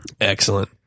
excellent